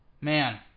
Man